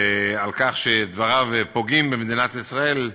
ועל כך שדבריו פוגעים במדינת ישראל,